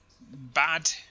bad